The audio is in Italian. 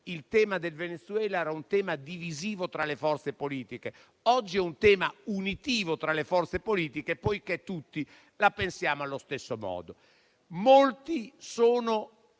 quello del Venezuela era un tema divisivo tra le forze politiche. Oggi è un tema unitivo tra le forze politiche, poiché tutti la pensiamo allo stesso modo. Molti sono